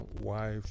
wife